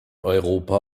europa